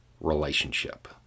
relationship